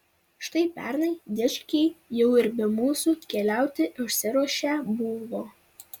štai pernai dičkiai jau ir be mūsų keliauti išsiruošę buvo